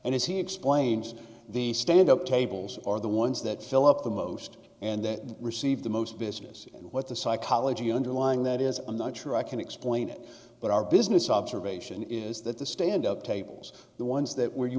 and as he explains the stand up tables are the ones that fill up the most and that received the most business and what the psychology underlying that is i'm not sure i can explain it but our business observation is that the stand up tables the ones that where you